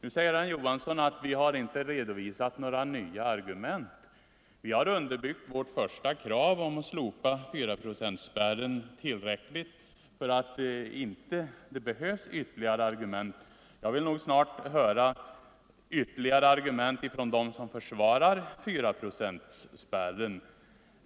Herr Johansson säger att vi inte har redovisat några nya argument. Vi har underbyggt vårt första krav om att slopa 4-procentsspärren tillräckligt för att inte behöva komma med ytterligare argument. Jag vill nog snart höra ytterligare argument från dem som försvarar 4-procentsspärren.